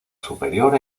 superior